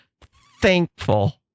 thankful